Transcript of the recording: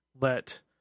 let